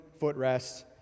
footrest